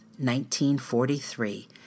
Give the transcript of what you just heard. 1943